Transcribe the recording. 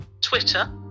Twitter